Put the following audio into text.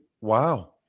wow